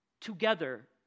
together